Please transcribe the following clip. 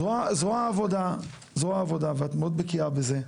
זרוע העבודה, ואת מאוד בקיאה בזה,